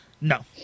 No